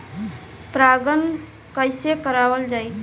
परागण कइसे करावल जाई?